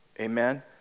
Amen